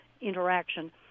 interaction